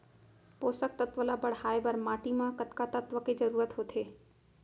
पोसक तत्व ला बढ़ाये बर माटी म कतका तत्व के जरूरत होथे?